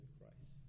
Christ